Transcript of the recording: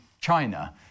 China